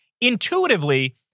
intuitively